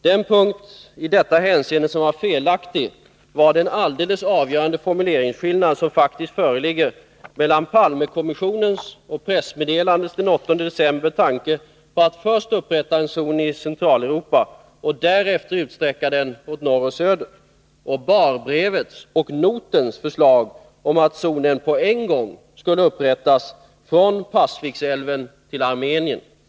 Den punkt i detta hänseende som var felaktig var den alldeles avgörande formuleringsskillnad som faktiskt föreligger mellan Palmekommissionens och pressmeddelandets tanke på att först upprätta en zon i Centraleuropa och därefter utsträcka den åt norr och söder, och Bahr-brevets och notens förslag om att zonen på en gång skulle upprättas från Pasviksälven till Armenien.